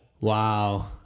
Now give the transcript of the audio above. Wow